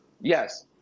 Yes